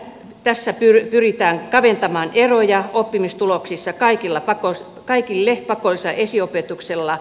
tässä pyritään kaventamaan eroja oppimistuloksissa kaikille pakollisella esiopetuksella